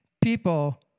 people